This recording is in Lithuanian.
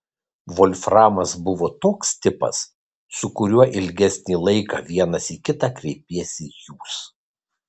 volframas buvo toks tipas su kuriuo ilgesnį laiką vienas į kitą kreipiesi jūs